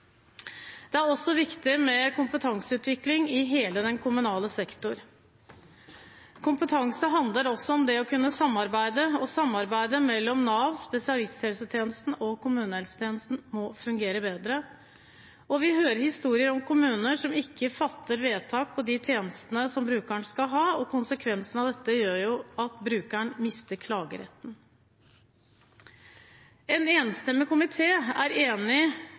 Det er viktig med kompetanseutvikling i hele den kommunale sektor. Kompetanse handler også om det å kunne samarbeide, og samarbeidet mellom Nav, spesialisthelsetjenesten og kommunehelsetjenesten må fungere bedre. Vi hører historier om kommuner som ikke fatter vedtak på tjenestene brukeren skal ha – konsekvensen av dette er at brukeren mister klageretten. En enstemmig komité er enig: